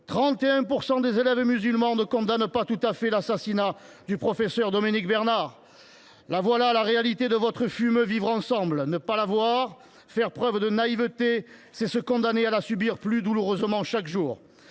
31 % des élèves musulmans ne condamnent pas tout à fait l’assassinat du professeur Dominique Bernard. Voilà la réalité de votre fumeux vivre ensemble ! Ne pas la voir, faire preuve de naïveté, c’est se condamner à la subir plus douloureusement chaque jour.